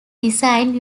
designed